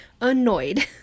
annoyed